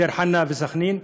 דיר-חנא וסח'נין,